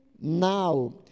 now